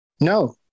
No